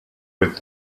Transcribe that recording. with